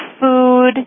food